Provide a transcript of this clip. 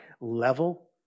level